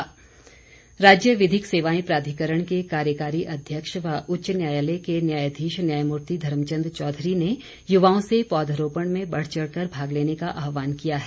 पौधरोपण राज्य विधिक सेवाएं प्राधिकरण के कार्यकारी अध्यक्ष व उच्च न्यायालय के न्यायाधीश न्यायमूर्ति धर्मचंद चौधरी ने युवाओं से पौध रोपण में बढ़चढ़ कर भाग लेने का आहवान किया है